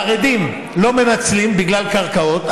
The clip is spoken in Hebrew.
חרדים לא מנצלים בגלל קרקעות,